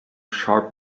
sharp